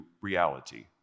reality